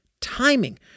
Timing